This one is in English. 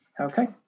Okay